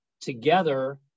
together